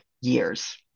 years